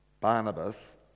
Barnabas